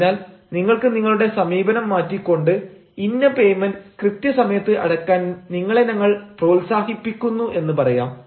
അതിനാൽ നിങ്ങൾക്ക് നിങ്ങളുടെ സമീപനം മാറ്റിക്കൊണ്ട് ഇന്ന പേയ്മെന്റ് കൃത്യസമയത്ത് അടക്കാൻ നിങ്ങളെ ഞങ്ങൾ പ്രോത്സാഹിപ്പിക്കുന്നു എന്ന് പറയാം